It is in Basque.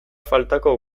faltako